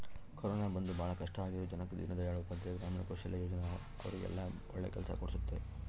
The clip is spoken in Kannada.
ಕೊರೋನ ಬಂದು ಭಾಳ ಕಷ್ಟ ಆಗಿರೋ ಜನಕ್ಕ ದೀನ್ ದಯಾಳ್ ಉಪಾಧ್ಯಾಯ ಗ್ರಾಮೀಣ ಕೌಶಲ್ಯ ಯೋಜನಾ ಅವ್ರಿಗೆಲ್ಲ ಒಳ್ಳೆ ಕೆಲ್ಸ ಕೊಡ್ಸುತ್ತೆ